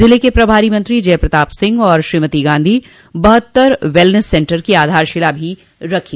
जिले के प्रभारी मंत्री जय प्रताप सिंह और श्रीमती गांधी ने बहत्तर वेलनेंस सेन्टर की आधारशिला भी रखी